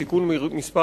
תיקון מס'